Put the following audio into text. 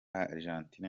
argentine